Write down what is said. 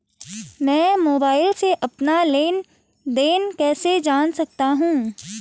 मैं मोबाइल से अपना लेन लेन देन कैसे जान सकता हूँ?